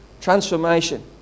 Transformation